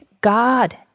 God